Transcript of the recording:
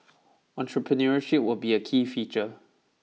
entrepreneurship would be a key feature